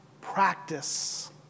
practice